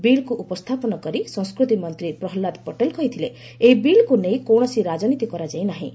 ବିଲ୍କୁ ଉପସ୍ଥାପନ କରି ସଂସ୍କୃତି ମନ୍ତ୍ରୀ ପ୍ରହଲ୍ଲାଦ ପଟେଲ୍ କହିଥିଲେ ଏହି ବିଲ୍କୁ ନେଇ କୌଣସି ରାଜନୀତି କରାଯାଇ ନାହିଁ